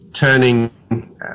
turning